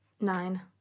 Nine